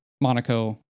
Monaco